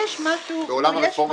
הבנו.